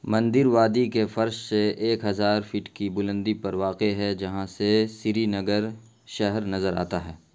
مندر وادی کے فرش سے ایک ہزار فٹ کی بلندی پر واقع ہے جہاں سے سرینگر شہر نظر آتا ہے